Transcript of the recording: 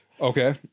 Okay